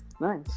Nice